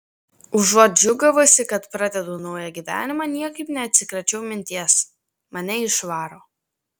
užuot džiūgavusi kad pradedu naują gyvenimą niekaip neatsikračiau minties mane išvaro